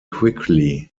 quickly